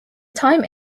time